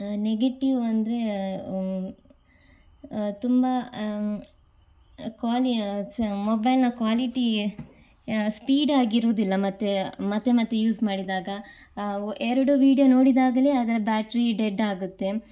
negative ಅಂದರೆ ತುಂಬ ಕ್ವಾಲಿ ಮೊಬೈಲ್ನ ಕ್ವಾಲಿಟಿ ಸ್ಪೀಡಾಗಿರುವುದಿಲ್ಲ ಮತ್ತು ಮತ್ತೆ ಮತ್ತೆ ಯೂಸ್ ಮಾಡಿದಾಗ ಎರಡು ವೀಡಿಯೋ ನೋಡಿದಾಗಲೇ ಅದರ ಬ್ಯಾಟ್ರಿ ಡೆಡ್ಡಾಗುತ್ತೆ